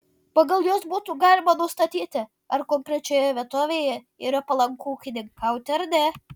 pagal juos būtų galima nustatyti ar konkrečioje vietovėje yra palanku ūkininkauti ar ne